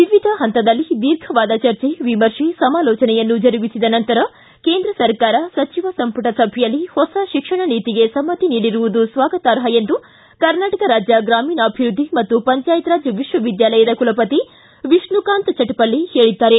ವಿವಿಧ ಹಂತದಲ್ಲಿ ದೀರ್ಘವಾದ ಚರ್ಚೆ ವಿಮರ್ಶೆ ಸಮಾಲೋಚನೆಯನ್ನು ಜರುಗಿಸಿದ ನಂತರ ಕೇಂದ್ರ ಸರ್ಕಾರವು ಸಚಿವ ಸಂಪುಟ ಸಭೆಯಲ್ಲಿ ಹೊಸ ಶಿಕ್ಷಣ ನೀತಿಗೆ ಸಮ್ಮತಿ ನೀಡಿರುವುದು ಸ್ವಾಗತಾರ್ಹ ಎಂದು ಕರ್ನಾಟಕ ರಾಜ್ಯ ಗ್ರಾಮೀಣಾಭಿವೃದ್ಧಿ ಮತ್ತು ಪಂಚಾಯತ್ ರಾಜ್ ವಿಶ್ವವಿದ್ಯಾಲಯದ ಕುಲಪತಿ ವಿಷ್ಣುಕಾಂತ್ ಚಟಪಲ್ಲಿ ಹೇಳದ್ದಾರೆ